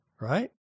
Right